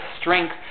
strength